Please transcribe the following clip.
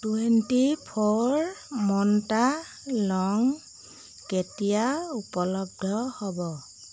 twenty four Mantra লং কেতিয়া উপলব্ধ হ'ব